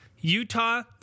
Utah